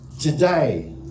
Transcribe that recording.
today